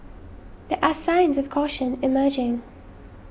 there are signs of caution emerging